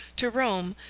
to rome,